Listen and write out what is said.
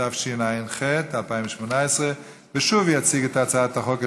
התשע"ח 2018. יציג את הצעת החוק,